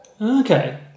Okay